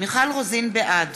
בעד